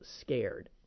scared